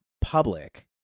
public